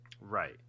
right